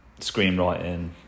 screenwriting